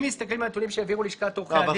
אם מסתכלים על נתונים שהעבירו לשכת עורכי הדין --- אבל,